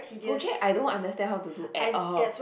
project I don't understand how to do at all